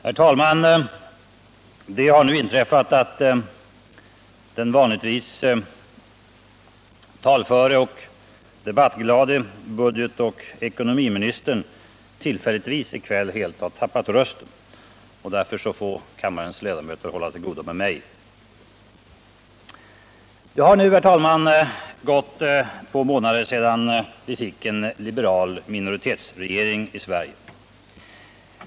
Herr talman! Det har nu inträffat att den vanligtvis talföre och debattglade budgetoch ekonomiministern tillfälligtvis i kväll helt har tappat rösten. Därför får kammarens ledamöter hålla till godo med mig. Det har nu, herr talman, gått två månader sedan vi fick en liberal minoritetsregering i Sverige.